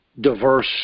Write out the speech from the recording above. diverse